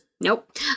Nope